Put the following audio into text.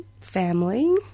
family